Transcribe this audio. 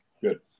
Good